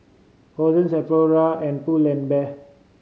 Hosen and Pull and Bear